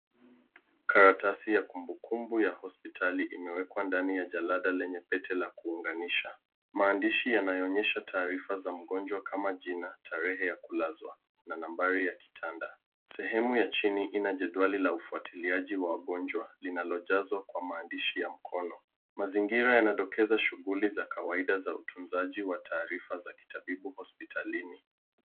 Karatasi ya kumbukumbu ya hospitali imewekwa ndani ya jalada lenye pete la kuunganisha. Maandishi yanayoonyesha taarifa za mgonjwa kama jina, tarehe ya kulazwa na nambari ya kitanda. Sehemu ya chini ina jedwali la ufuatiliaji wagonjwa, linalojazwa kwa maandishi ya mkono. Mazingira yanadokeza shughuli za kawaida za utunzaji wa taarifa za kitabibu hospitalini.